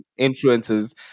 influencers